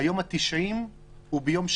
היום ה-90 הוא ביום שני.